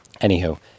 anywho